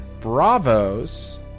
Bravos